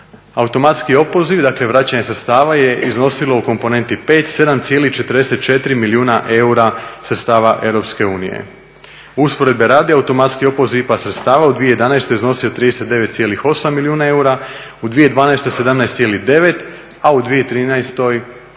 Automatski opoziv dakle vraćanje sredstava je iznosilo u komponentni pet 7,44 milijuna eura sredstava EU. Usporedbe radi automatski opoziv IPA sredstava u 2011.iznosio je 39,8 milijuna eura, u 2012. 17,9, a u 2013. kao